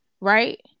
right